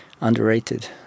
underrated